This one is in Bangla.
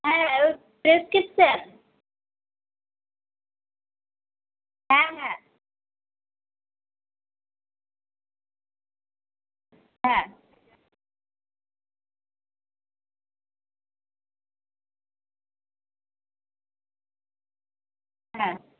হ্যাঁ প্রেসক্রিপশন হ্যাঁ হ্যাঁ হ্যাঁ হ্যাঁ